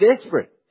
desperate